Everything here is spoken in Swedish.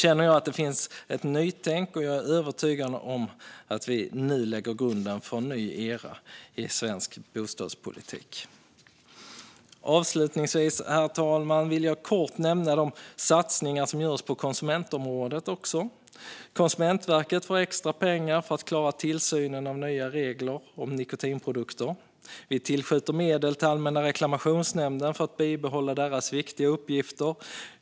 Nu finns ett nytänk, och jag är övertygad om att vi härmed lägger grunden för en ny era i svensk bostadspolitik. Herr talman! Avslutningsvis ska jag kort nämna de satsningar som görs på konsumentområdet. Konsumentverket får extra pengar för att klara tillsynen av nya regler om nikotinprodukter. Vi tillskjuter medel till Allmänna reklamationsnämnden för att bibehålla nämndens viktiga uppgifter.